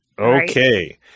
Okay